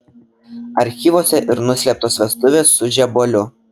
archyvuose ir nuslėptos vestuvės su žebuoliu